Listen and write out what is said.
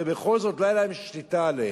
ובכל זאת לא היתה להם שליטה עליהם.